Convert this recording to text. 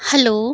hello